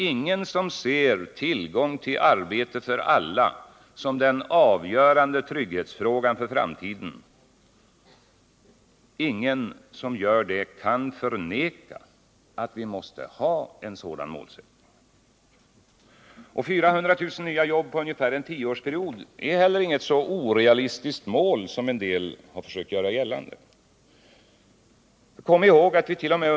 Ingen som ser tillgång till arbete för alla som den avgörande trygghetsfrågan för framtiden kan förneka att vi måste ha en sådan målsättning. 400 000 nya jobb på ungefär en tioårsperiod är inte heller ett så orealistiskt mål, som en del har försökt göra gällande. Kom ihåg att vi här i Sveriget.o.m.